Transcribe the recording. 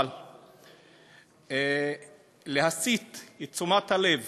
אבל להסיט את תשומת הלב